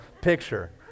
picture